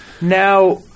Now